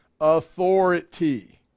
authority